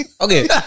Okay